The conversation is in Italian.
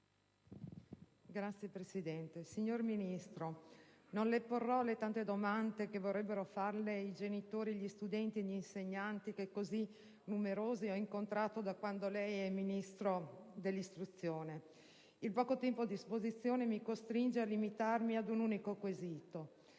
signora Ministro, non le porrò le tante domande che vorrebbero farle i genitori, gli studenti e gli insegnanti che così numerosi ho incontrato da quando lei è Ministro dell'istruzione. Il poco tempo a disposizione mi costringe a limitarmi ad un unico quesito.